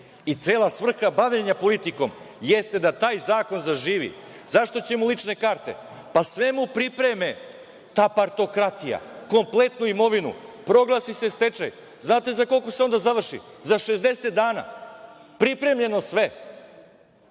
svrha bavljenja politikom jeste da taj zakon zaživi. Zašto će mu lične karte? Pa sve mu pripreme, ta partokratija, kompletnu imovinu, proglasi se stečaj. Znate za koliko se onda završi? Za 60 dana. Pripremljeno sve.